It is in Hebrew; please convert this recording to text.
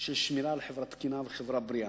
של שמירה על חברה תקינה וחברה בריאה.